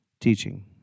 teaching